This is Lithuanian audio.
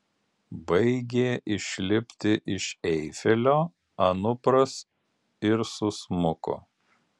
baigė išlipti iš eifelio anupras ir susmuko